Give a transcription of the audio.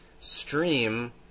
stream